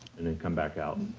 and then come back out